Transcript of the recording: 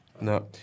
no